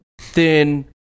thin